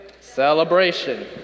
Celebration